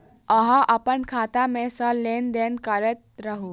अहाँ अप्पन खाता मे सँ लेन देन करैत रहू?